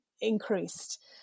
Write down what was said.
increased